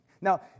Now